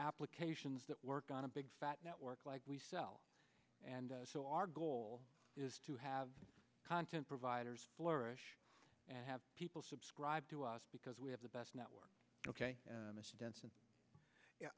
applications that work on a big fat network like we sell and so our goal is to have content providers flourish and have people subscribe to us because we have the best network ok